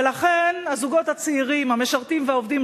ולכן הזוגות הצעירים המשרתים והעובדים,